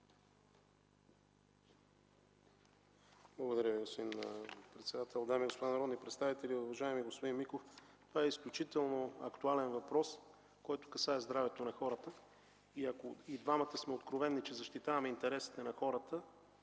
Благодаря Ви, господин председател. Дами и господа народни представители! Уважаеми господин Миков, това е изключително актуален въпрос, който касае здравето на хората. И ако и двамата сме откровени, че защитаваме интересите на хората,